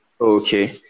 Okay